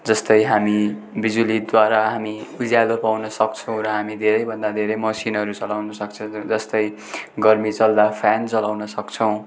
जस्तै हामी बिजुलीद्वारा हामी उज्यालो पाउन सक्छौँ र हामी धेरैभन्दा धेरै मसिनहरू चलाउनु सक्छौँ जस्तै गर्मी चल्दा फ्यान चलाउन सक्छौँ